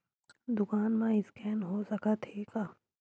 दुकान मा स्कैन हो सकत हे का?